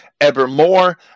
evermore